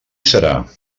serà